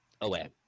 away